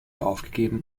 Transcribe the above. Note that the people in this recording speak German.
aufgegeben